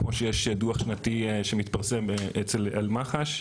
כמו שיש דו"ח שנתי שמתפרסם על מח"ש.